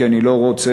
כי אני לא רוצה